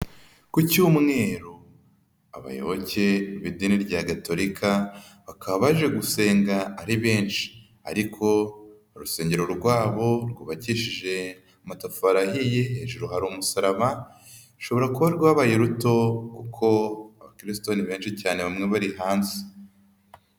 Ku cyumweru abayoboke b'idini rya gatolika bakaba baje gusenga ari benshi ariko urusengero rwabo rwubakishije amatafari ahiye, hejuru hari umusaraba, rushobora kuba rwabaye ruto kuko abakristo ni benshi cyane bamwe bari hanze.